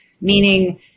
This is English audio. meaning